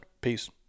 Peace